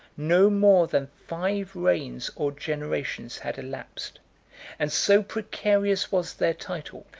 no more than five reigns or generations had elapsed and so precarious was their title,